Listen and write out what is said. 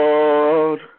Lord